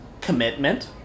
commitment